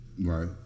Right